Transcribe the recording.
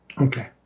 Okay